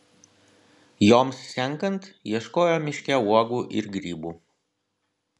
joms senkant ieškojo miške uogų ir grybų